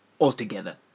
altogether